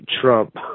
Trump